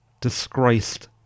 disgraced